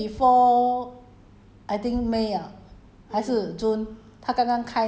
then 我就这样擦擦一下 then 我就睡了没有 that that day before